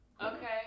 Okay